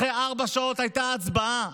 אחרי ארבע שעות הייתה הצבעה,